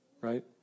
right